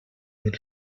mil